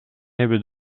hebben